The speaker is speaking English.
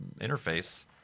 interface